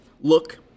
Look